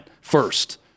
first